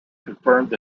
confirmed